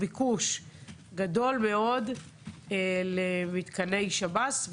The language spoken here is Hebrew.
ביקוש גדול מאוד למתקני שב"ס.